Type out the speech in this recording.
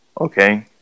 okay